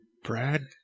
Brad